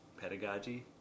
Pedagogy